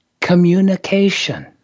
communication